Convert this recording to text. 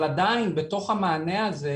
אבל עדיין בתוך המענה הזה,